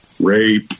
rape